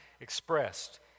expressed